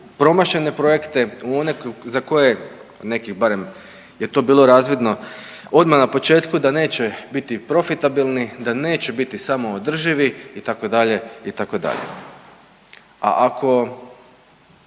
promašene projekte u one za koje neki, barem je to bilo razvidno, odmah na početku da neće biti profitabilni, da neće biti samoodrživi, itd.,